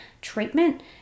treatment